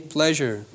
Pleasure